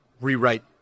rewrite